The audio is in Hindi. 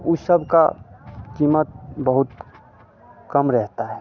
ऊ सब का कीमत बहुत कम रहता है